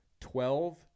twelve